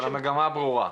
אבל המגמה ברורה.